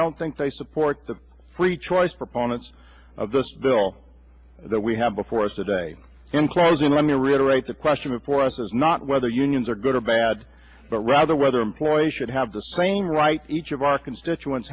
don't think they support the free choice proponents of this bill that we have before us today in closing let me reiterate the question for us is not whether unions are good or bad but rather whether employees should have the same rights each of our constituents